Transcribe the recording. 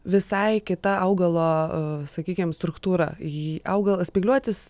visai kita augalo sakykim struktūra augalas spygliuotis